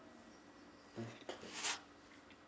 mm